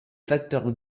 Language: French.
facteur